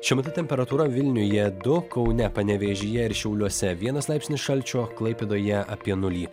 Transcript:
šiuo metu temperatūra vilniuje du kaune panevėžyje ir šiauliuose vienas laipsnis šalčio klaipėdoje apie nulį